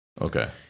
Okay